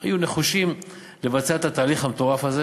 היו נחושים לבצע את התהליך המטורף הזה